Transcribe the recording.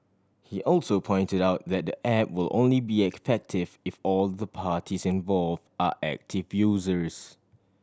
he also pointed out that the app will only be effective if all the parties involve are active users